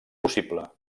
possible